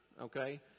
Okay